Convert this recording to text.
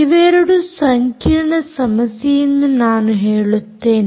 ಇವೆರಡು ಸಂಕೀರ್ಣ ಸಮಸ್ಯೆಯೆಂದು ನಾನು ಹೇಳುತ್ತೇನೆ